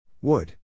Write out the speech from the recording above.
Wood